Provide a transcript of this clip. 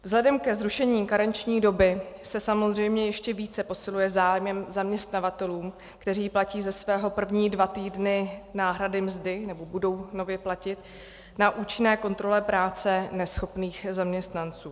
Vzhledem ke zrušení karenční doby se samozřejmě ještě více posiluje zájem zaměstnavatelů, kteří platí ze svého první dva týdny náhrady mzdy, nebo budou nově platit, na účinné kontrole práceneschopných zaměstnanců.